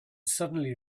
suddenly